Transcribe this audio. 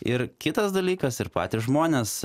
ir kitas dalykas ir patys žmonės